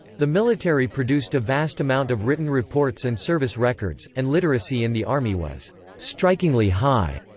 the military produced a vast amount of written reports and service records, and literacy in the army was strikingly high.